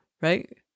Right